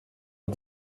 est